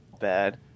Bad